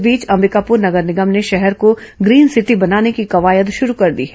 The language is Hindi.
इस बीच अंबिकापुर नगर निगम ने शहर को ग्रीन सिटी बनाने की कवायद शुरू कर दी है